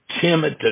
timid